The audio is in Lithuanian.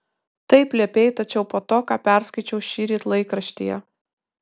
taip liepei tačiau po to ką perskaičiau šįryt laikraštyje